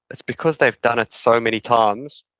it's because they've done it so many times,